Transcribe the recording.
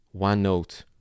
OneNote